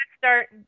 start